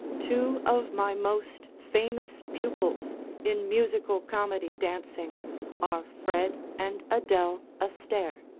two of my most famous pupils in musical comedy dancing are fred and adele astaire,